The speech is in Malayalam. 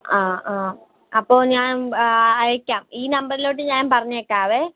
ആ ആ അപ്പോൾ ഞാൻ അയക്കാം ഈ നമ്പറിലോട്ട് ഞാൻ പറഞ്ഞയക്കാം